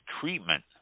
treatment